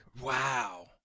Wow